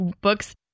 books